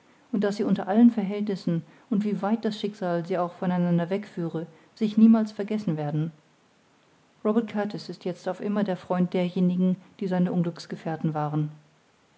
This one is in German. und daß sie unter allen verhältnissen und wie weit das schicksal sie auch von einander wegführe sich niemals vergessen werden robert kurtis ist jetzt auf immer der freund derjenigen die seine unglücksgefährten waren